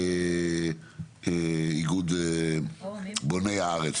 ואיגוד בוני הארץ,